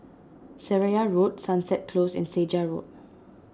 Seraya Road Sunset Close and Segar Road